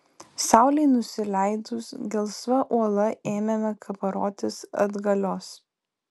saulei nusileidus gelsva uola ėmėme kabarotis atgalios